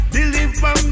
Deliver